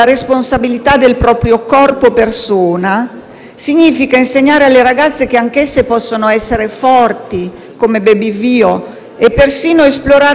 significa insegnare alle ragazze che possono essere forti come Bebe Vio e perfino esplorare lo spazio, come Samantha Cristoforetti.